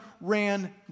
ran